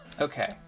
Okay